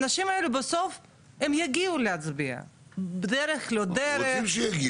האנשים האלה בסוף יגיעו להצביע בדרך לא דרך.